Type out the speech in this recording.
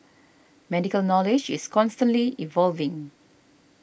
medical knowledge is evolving